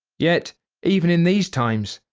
yet even in these times,